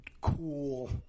cool